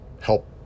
help